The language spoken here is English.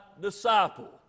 disciple